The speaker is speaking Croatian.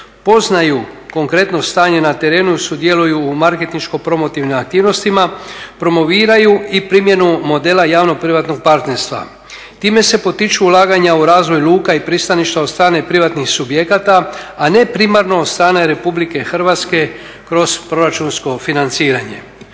poznaju konkretno stanje na terenu i sudjeluju u marketinško promotivnim aktivnostima promoviraju i primjenu modela javno privatnog partnerstva. Time se potiču ulaganja u razvoj luka i pristaništa od strane privatnih subjekata a ne primarno od strane RH kroz proračunsko financiranje.